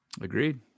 Agreed